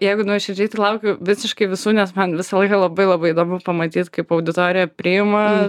jeigu nuoširdžiai tai laukiu visiškai visų nes man visą laiką labai labai įdomu pamatyt kaip auditorija priima